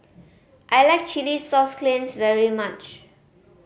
I like chilli sauce clams very much